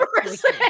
person